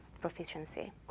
proficiency